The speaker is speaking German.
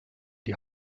die